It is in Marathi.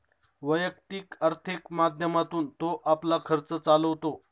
वैयक्तिक आर्थिक माध्यमातून तो आपला खर्च चालवतो